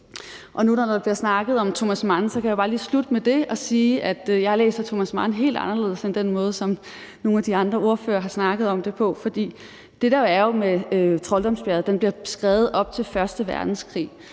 Når der nu bliver snakket om Thomas Mann, kan jeg slutte med det og sige, at jeg læser Thomas Mann helt anderledes end den måde, nogle af de andre ordførere har snakket om det på. For det, der jo er med Trolddomsbjerget, er, at den blev skrevet i tiden op til første verdenskrig.